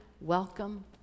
welcome